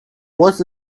was